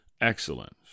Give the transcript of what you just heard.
Excellence